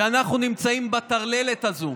שאנחנו נמצאים בטרללת הזו,